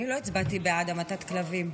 אני לא הצבעתי בעד המתת כלבים.